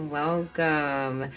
welcome